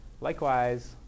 Likewise